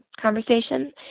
conversation